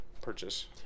purchase